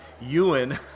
Ewan